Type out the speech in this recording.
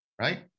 right